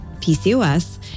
PCOS